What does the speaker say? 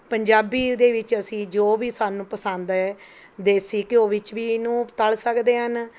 ਪੰਜਾਬੀ ਦੇ ਵਿੱਚ ਅਸੀਂ ਜੋ ਵੀ ਸਾਨੂੰ ਪਸੰਦ ਹੈ ਦੇਸੀ ਘਿਓ ਵਿੱਚ ਵੀ ਇਹਨੂੰ ਤਲ ਸਕਦੇ ਹਨ